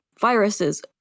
viruses